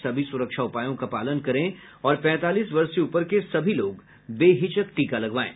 सभी सुरक्षा उपायों का पालन करें और पैंतालीस वर्ष से ऊपर के सभी लोग बेहिचक टीका लगवाएं